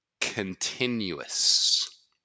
continuous